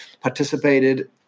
participated